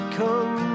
come